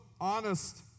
honest